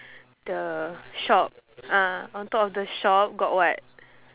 the shop ah on top of the shop got what